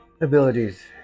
abilities